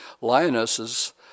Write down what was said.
lionesses